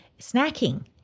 snacking